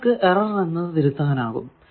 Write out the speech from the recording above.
നിങ്ങൾക്കു ഈ എറർ തിരുത്താനാകും